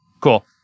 cool